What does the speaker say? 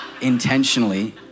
intentionally